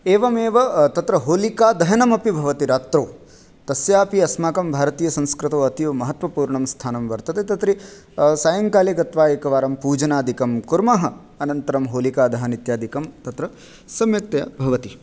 एवमेव तत्र होलिकादहनमपि भवति रात्रौ तस्यापि अस्माकं भारतीयसंस्कृतौ अतीवमहत्वपूर्णं स्थानं वर्तते तत्र सायङ्काले गत्वा एकवारं पूजनादिकं कुर्मः अनन्तरं होलिकादहनम् इत्यादिकं तत्र सम्यक्तया भवति